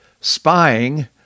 spying